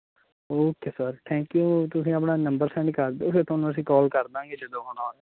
okay sir thank you ਤੁਸੀਂ ਆਪਣਾ number send ਕਰ ਦਿਉ ਫਿਰ ਤੁਹਾਨੂੰ ਅਸੀਂ ਕਾਲ ਕਰ ਦੇਵਾਂਗੇ ਜਦੋਂ ਆਉਣਾ ਹੋਇਆ